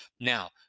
now